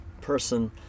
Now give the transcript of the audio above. person